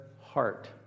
heart